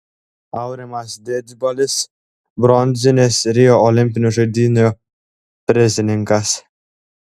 aurimas didžbalis bronzinis rio olimpinių žaidynių prizininkas